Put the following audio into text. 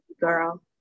girl